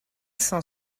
cent